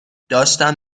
داشتم